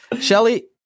Shelly